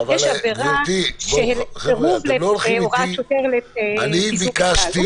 יש עבירה של סירוב להוראת שוטר לפיזור התקהלות.